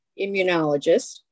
immunologist